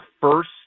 first